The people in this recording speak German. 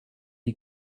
die